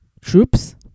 troops